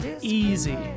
easy